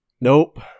Nope